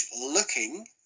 looking